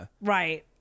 Right